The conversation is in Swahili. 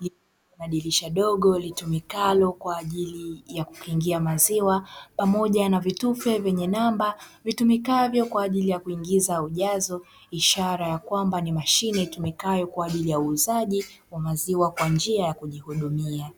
ina dirisha dogo litumikalo kwa ajili ya kukingia maziwa pamoja na vitufe vyenye namba; vitumikavyo kwa ajili ya kuingiza ujazo, ishara ya kwamba ni mashine itumikayo kwa ajili ya uuzaji wa maziwa kwa njia ya kujihudumia.